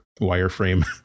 wireframe